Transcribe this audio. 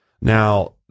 Now